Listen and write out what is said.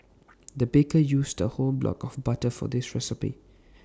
the baker used A whole block of butter for this recipe